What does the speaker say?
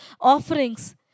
offerings